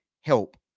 help